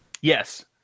yes